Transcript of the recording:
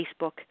Facebook